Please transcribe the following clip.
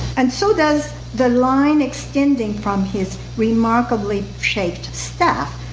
and so does the line extending from his remarkably shaped staff,